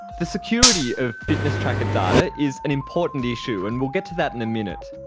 the security of fitness tracker data is an important issue, and we'll get to that in a minute.